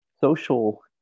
social